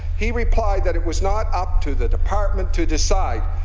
he replied that it was not up to the department to decide,